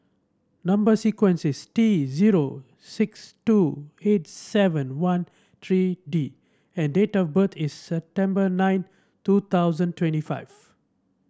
number sequence is T zero six two eight seven one three D and date of birth is September nine two thousand twenty five